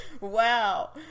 Wow